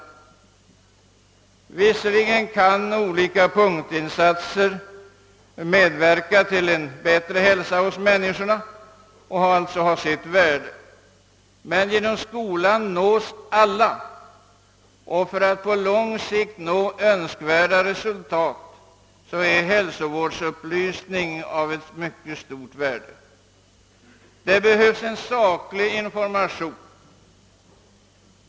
Visserligen kan olika punktinsatser medverka till en bättre hälsa och alltså ha sitt värde, men genom skolan nås alla och för att på lång sikt erhålla önskvärda resultat är hälsovårdsupplysning av mycket stor vikt. Det behövs saklig information.